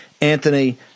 Anthony